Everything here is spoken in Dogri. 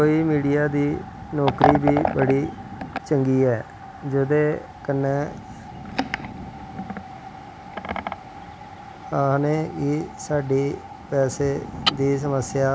कोई मीडिया दी नौकरी बी बड़ी चंगी ऐ जेह्दे कन्नैं आनें दी साढ़े पैसे दी समस्य